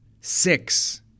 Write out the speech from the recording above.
six